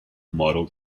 model